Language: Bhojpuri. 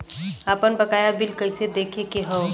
आपन बकाया बिल कइसे देखे के हौ?